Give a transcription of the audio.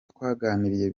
twaganiriye